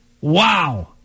Wow